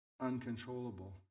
uncontrollable